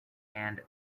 and